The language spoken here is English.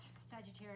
Sagittarius